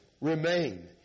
remain